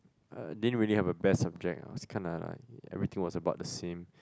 uh didn't really have a best subject ah was kinda like everything was about the same